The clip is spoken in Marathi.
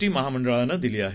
टी महामंडळानं दिली आहे